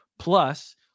Plus